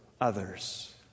others